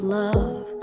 love